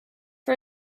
for